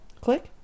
click